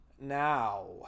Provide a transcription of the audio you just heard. Now